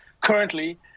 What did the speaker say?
currently